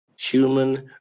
Human